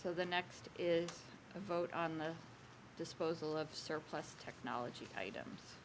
so the next is a vote on the disposal of surplus technology items